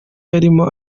yarimo